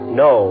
no